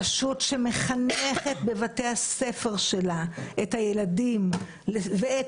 רשות שמחנכת בבתי הספר שלה את הילדים ואת